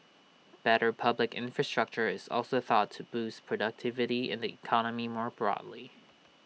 better public infrastructure is also thought to boost productivity in the economy more broadly